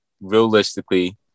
realistically